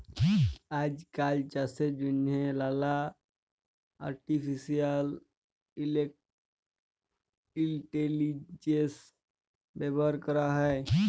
আইজকাল চাষের জ্যনহে লালা আর্টিফিসিয়াল ইলটেলিজেলস ব্যাভার ক্যরা হ্যয়